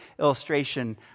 illustration